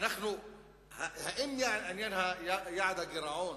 האם יעד הגירעון